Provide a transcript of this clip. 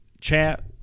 Chat